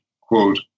quote